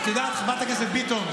זה פרויקט שאחר כך אין לו